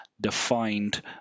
defined